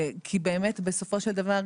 כי בסופו של דבר,